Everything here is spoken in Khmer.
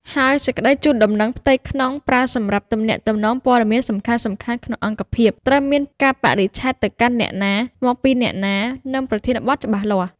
ហើយ សេចក្តីជូនដំណឹងផ្ទៃក្នុង ប្រើសម្រាប់ទំនាក់ទំនងព័ត៌មានសំខាន់ៗក្នុងអង្គភាព ត្រូវមានកាលបរិច្ឆេទ ទៅកាន់អ្នកណា មកពីអ្នកណា និងប្រធានបទច្បាស់លាស់។